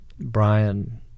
brian